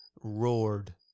roared